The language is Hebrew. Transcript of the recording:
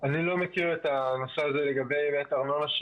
אני לא מכיר את הנושא הזה לגבי באמת הארנונה.